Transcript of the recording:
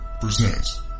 presents